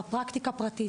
פרקטיקה פרטית,